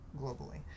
globally